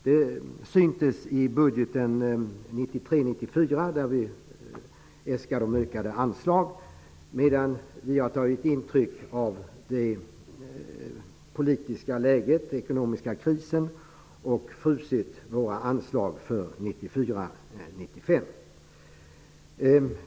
Det syntes i budgeten för 1993 95.